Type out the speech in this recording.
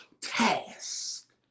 task